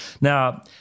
Now